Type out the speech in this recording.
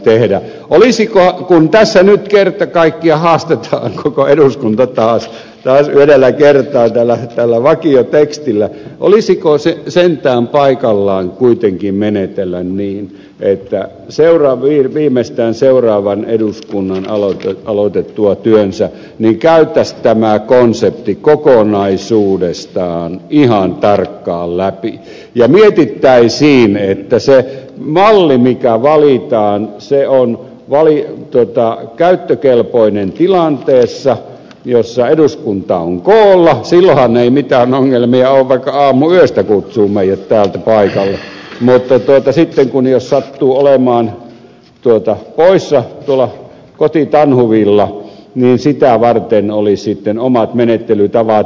kun tässä nyt kerta kaikkiaan haastetaan koko eduskunta taas yhdellä kertaa tällä vakiotekstillä olisiko sentään paikallaan kuitenkin menetellä niin että viimeistään seuraavan eduskunnan aloitettua työnsä käytäisiin tämä konsepti kokonaisuudessaan ihan tarkkaan läpi ja mietittäisiin että se malli mikä valitaan on käyttökelpoinen tilanteessa jossa eduskunta on koolla silloinhan ei mitään ongelmia ole vaikka aamuyöstä kutsua meidät tänne paikalle mutta sitten jos sattuu olemaan poissa tuolla kotitanhuvilla sitä varten olisi sitten omat menettelytavat